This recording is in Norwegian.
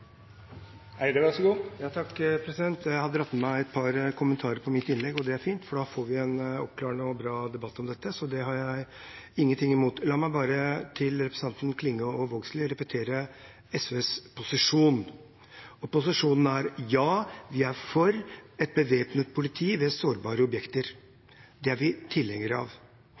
Jeg har dratt på meg et par kommentarer til mitt innlegg, og det er fint, for da får vi en oppklarende og bra debatt om dette, og det har jeg ingen ting imot. La meg bare til representantene Klinge og Vågslid repetere SVs posisjon. Posisjonen er: Vi er for et bevæpnet politi ved sårbare objekter. Det er vi tilhengere av.